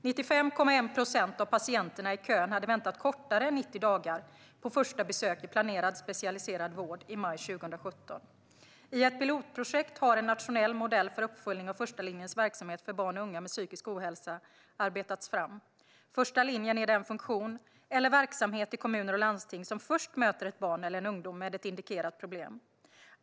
Av patienterna i kön hade 95,1 procent väntat kortare än 90 dagar på första besök i planerad specialiserad vård i maj 2017. I ett pilotprojekt har en nationell modell för uppföljning av första linjens verksamhet för barn och unga med psykisk ohälsa arbetats fram. Första linjen är den funktion eller verksamhet i kommuner och landsting som först möter ett barn eller en ungdom med ett indikerat problem.